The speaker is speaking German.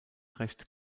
recht